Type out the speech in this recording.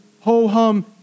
ho-hum